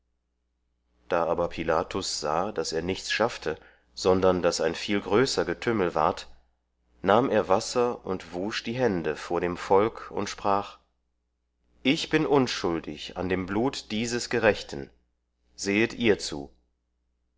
da aber pilatus sah daß er nichts schaffte sondern daß ein viel größer getümmel ward nahm er wasser und wusch die hände vor dem volk und sprach ich bin unschuldig an dem blut dieses gerechten sehet ihr zu